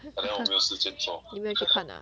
你没有去看 ah